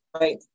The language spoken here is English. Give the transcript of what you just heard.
right